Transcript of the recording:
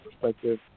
perspective